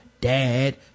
dad